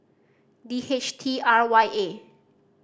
D H T R Y A